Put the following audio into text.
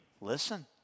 Listen